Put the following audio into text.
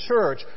Church